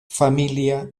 familia